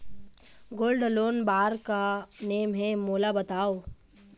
Gold loan बार का का नेम हे, मोला बताव?